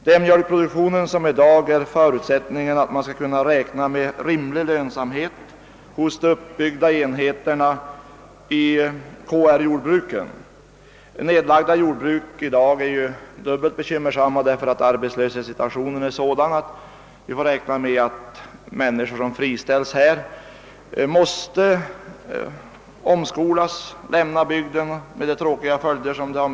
Det är mjölkproduktionen som i dag är förutsättningen för att man skall kunna räkna med rimlig lönsamhet hos de uppbyggda enheterna, t.ex. på KR-jordbruken. Nedläggningen av jordbruk är ju för närvarande dubbelt bekymmersam därför att arbetslöshetssituationen är sådan, att vi får räkna med att de människor som friställs måste omskolas och lämna bygden, med de beklagliga följder detta har.